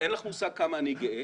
אין לך מושג כמה אני גאה